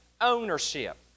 ownership